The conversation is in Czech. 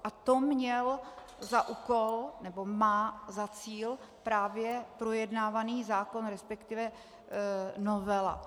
A to měl za úkol, nebo má za cíl, právě projednávaný zákon, respektive novela.